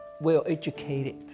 well-educated